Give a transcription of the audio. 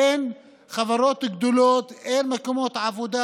אין חברות גדולות, אין מקומות עבודה